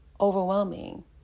overwhelming